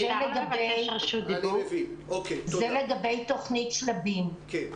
זה לגבי תוכנית "שלבים",